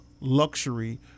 luxury